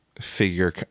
figure